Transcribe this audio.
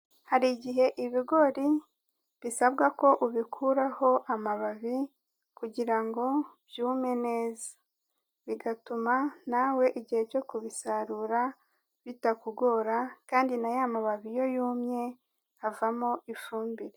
Hari igihe ibigori bisabwa ko ubikuraho amababi kugira ngo byume neza, bigatuma nawe igihe cyo kubisarura bitakugora, kandi na y'amababi iyo yumye havamo ifumbire.